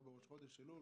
או בראש חודש אלול,